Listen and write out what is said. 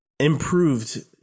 improved